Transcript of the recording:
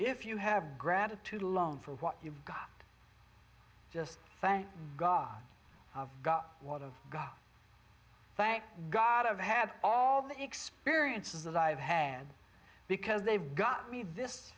if you have gratitude alone for what you've got just thank god i've got a lot of god thank god i've had all the experiences that i've had because they've got me this